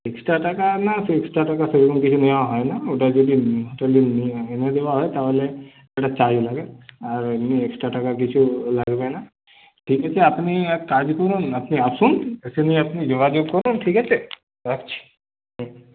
extra টাকা না extra টাকা সেরকম কিছু নেওয়া হয় না ওটা যদি হোটেলে এনে দেওয়া হয় তাহলে একটা চার্জ লাগে আর এমনি এক্সট্রা টাকা কিছু লাগবে না ঠিক আছে আপনি এক কাজ করুন আপনি আসুন এসে নিয়ে আপনি যোগাযোগ করুন ঠিক আছে রাখছি হ্যাঁ